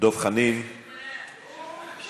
דב חנין, בבקשה.